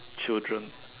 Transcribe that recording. children